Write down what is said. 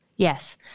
Yes